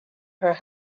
her